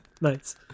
nice